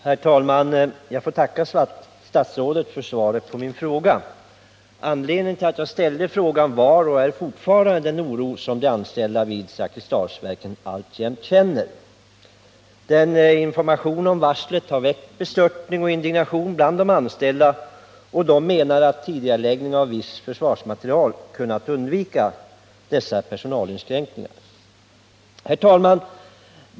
Herr talman! Jag ber att få tacka statsrådet för svaret på min fråga. Anledningen till att jag ställde frågan var, och är fortfarande, den oro som de anställda vid Zakrisdalsverken känner. Informationen om varslet har väckt bestörtning och indignation bland de anställda, och de menar att man genom tidigareläggning av beställningar av viss försvarsmateriel hade kunnat undvika dessa personalinskränkningar. Herr talman!